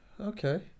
Okay